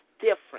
different